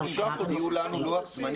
שיביאו לנו לוח זמנים.